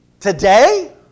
Today